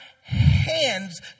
hands